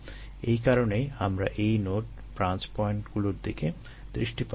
এই কারণেই আমরা এই নোড ব্রাঞ্চ পয়েন্টগুলোর দিকে দৃষ্টিপাত করছি